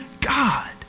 God